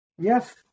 Yes